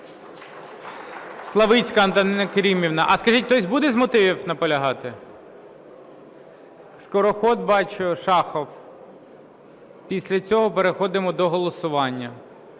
Славицька Антоніна Керимівна. Скажіть, хтось буде з мотивів наполягати? Скороход, бачу, Шахов. Після цього переходимо до голосування.